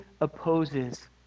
opposes